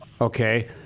okay